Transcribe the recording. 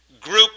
group